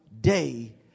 day